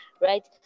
right